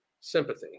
sympathy